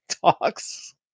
talks